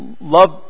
love